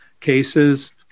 cases